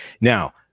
now